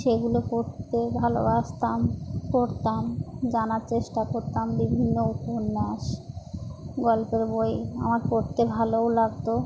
সেগুলো করতে ভালোবাসতাম করতাম জানার চেষ্টা করতাম বিভিন্ন উপন্যাস গল্পের বই আমার করতে ভালোও লাগতো